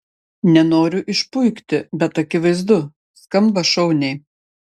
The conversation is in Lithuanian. nenoriu išpuikti bet akivaizdu skamba šauniai